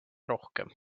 rohkem